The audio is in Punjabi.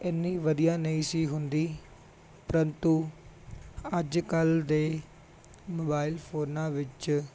ਇੰਨੀ ਵਧੀਆ ਨਹੀਂ ਸੀ ਹੁੰਦੀ ਪ੍ਰੰਤੂ ਅੱਜ ਕੱਲ੍ਹ ਦੇ ਮੋਬਾਇਲ ਫੋਨਾਂ ਵਿੱਚ